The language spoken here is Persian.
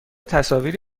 تصاویری